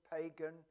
pagan